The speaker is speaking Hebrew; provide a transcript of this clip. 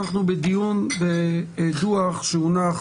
אנחנו בדיון על דוח שהונח